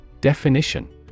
Definition